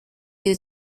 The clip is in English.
you